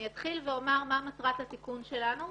אני אתחיל ואומר מה מטרת התיקון שלנו,